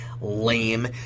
Lame